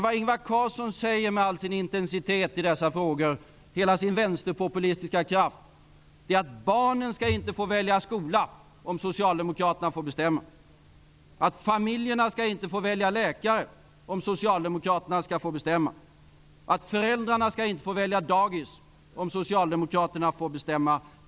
Vad Ingvar Carlsson säger med all sin intensitet i dessa frågor, med hela sin vänsterpopulistiska kraft, det är att barnen inte skall få välja skola om Socialdemokraterna får bestämma, att familjerna inte skall få välja läkare om Socialdemokraterna får bestämma och att föräldrarna inte skall få välja dagis om Socialdemokraterna får bestämma.